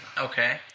Okay